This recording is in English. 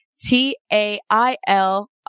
T-A-I-L